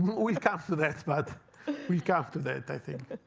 week after that, but week after that, i think.